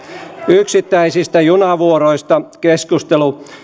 yksittäisistä junavuoroista keskustelu